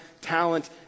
talent